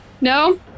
no